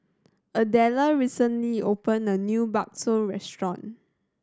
Adella recently opened a new bakso restaurant